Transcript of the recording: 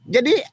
Jadi